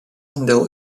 dėl